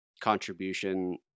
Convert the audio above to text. contribution